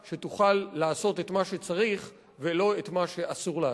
שתוכל לעשות את מה שצריך ולא את מה שאסור לעשות.